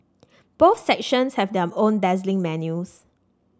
both sections have their own dazzling menus